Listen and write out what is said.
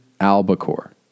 albacore